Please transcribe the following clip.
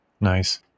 Nice